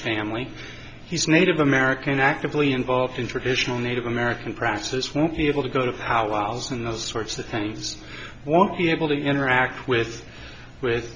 family he's native american actively involved in traditional native american practice won't be able to go out of house and all sorts of things won't be able to interact with with